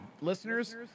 Listeners